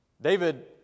David